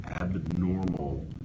abnormal